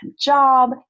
job